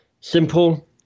Simple